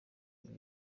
ibi